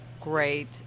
great